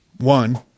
One